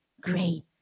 great